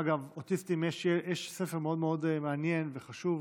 אגב, אוטיסטים, יש ספר מאוד מאוד מעניין וחשוב,